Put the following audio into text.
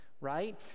right